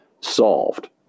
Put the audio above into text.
solved